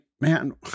man